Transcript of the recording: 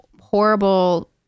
horrible